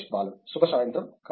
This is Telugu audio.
మహేష్ బాలన్ శుభ సాయంత్రం